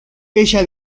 ella